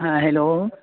ہاں ہیلو